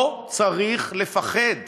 לא צריך לפחד